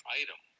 item